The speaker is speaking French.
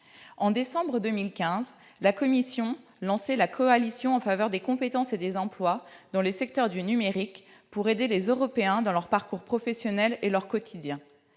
En décembre 2016, la Commission lançait la coalition en faveur des compétences et des emplois dans le secteur du numérique pour aider les Européens dans leur parcours professionnel et leur quotidien.